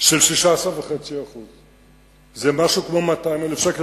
של 16.5%. זה משהו כמו 200,000 שקל.